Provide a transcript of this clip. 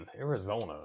Arizona